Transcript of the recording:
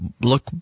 look